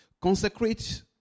consecrate